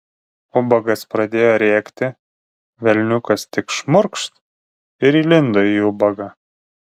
ubagas pradėjo rėkti velniukas tik šmurkšt ir įlindo į ubagą